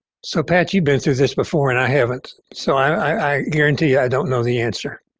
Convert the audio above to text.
so pat, you've been through this before and i haven't, so i guarantee i don't know the answer.